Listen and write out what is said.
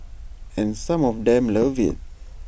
and some of them love IT